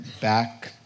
back